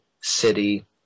city